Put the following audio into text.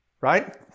right